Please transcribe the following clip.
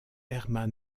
herman